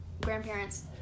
grandparents